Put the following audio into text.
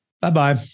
Bye-bye